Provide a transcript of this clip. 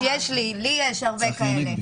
חבר הכנסת אוחנה, לי יש הרבה כאלה,